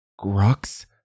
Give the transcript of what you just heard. Grux